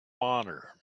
honor